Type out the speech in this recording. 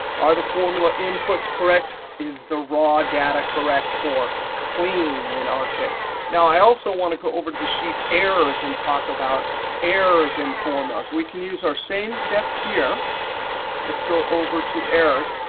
are the formula inputs correct? is the raw data correct or clean in our case? now i also want to go over the sheet errors and talk about errors in formulas. we can use our same steps here let's go over to errors.